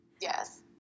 Yes